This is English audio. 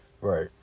Right